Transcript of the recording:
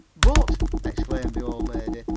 but! exclaimed the old lady,